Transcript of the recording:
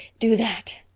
do that.